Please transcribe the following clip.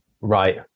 Right